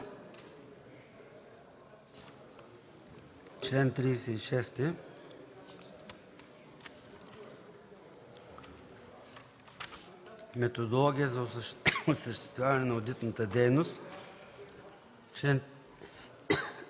„Член 36 – Методология за осъществяване на одитната дейност”.